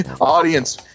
audience